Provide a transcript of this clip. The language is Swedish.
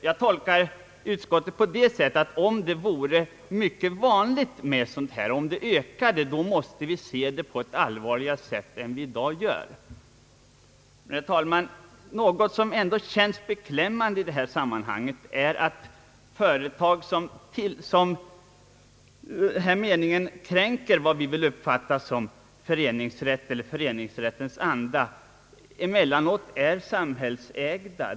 Jag tolkar utskottet på det sättet att om de här undantagen ökade och blev vanliga så måste vi se på det på ett allvarligare sätt än vi i dag gör. Något som ändå känns beklämmande i detta sammanhang är att företag som i förevarande avseende kränker vad vi vill uppfatta som föreningsrätt eller föreningsrättens anda inte sällan är samhällsägda.